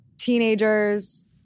teenagers